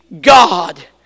God